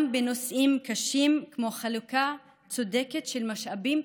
גם בנושאים קשים כמו חלוקה צודקת של משאבים,